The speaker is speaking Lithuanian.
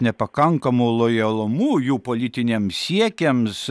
nepakankamu lojalumu jų politiniams siekiams